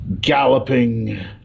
galloping